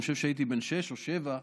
אני חושב שהייתי בן שש או שבע.